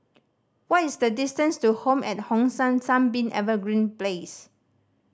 what is the distance to Home at Hong San Sunbeam Evergreen Place